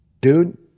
Dude